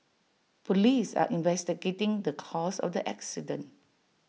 Police are investigating the cause of the accident